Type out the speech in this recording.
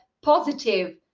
positive